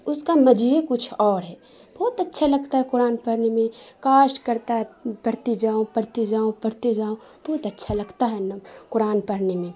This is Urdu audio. اس کا مزہ ہی کچھ اور ہے بہت اچھا لگتا ہے قرآن پڑھنے میں کاش کرتا ہے پڑھتی جاؤں پڑھتی جاؤں پڑھتی جاؤں بہت اچھا لگتا ہے نا قرآن پڑھنے میں